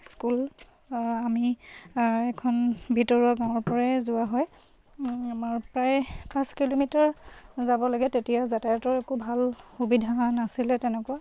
school আমি এখন ভিতৰুৱা গাঁৱৰপৰাই যোৱা হয় আমাৰ প্ৰায় পাঁচ কিলোমিটাৰ যাব লাগে তেতিয়া যাতায়তৰ একো ভাল সুবিধা নাছিলে তেনেকুৱা